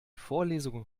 vorlesungen